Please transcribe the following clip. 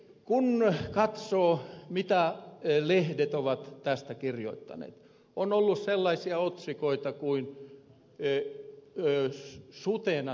kun katsoo mitä lehdet ovat tästä kirjoittaneet on ollut sellaisia otsikoita kuin sutena syntynyt